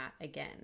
again